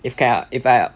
if can hor if I got